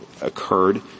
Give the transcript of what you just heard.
occurred